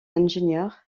ingénieur